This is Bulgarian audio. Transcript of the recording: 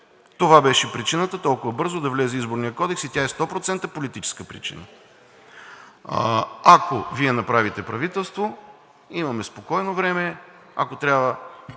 Това беше причината толкова бързо да влезе Изборният кодекс и тя е 100% политическа причина. Ако Вие направите правителство, имаме спокойно време, ако трябва,